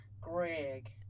Greg